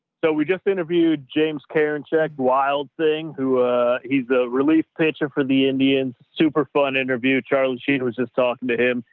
so we just interviewed james karen cheque, wild thing, who he's a relief pitcher for the indians. super fun interview. charles sheen was just talking to him,